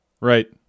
Right